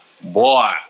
Boy